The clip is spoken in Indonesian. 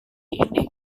ini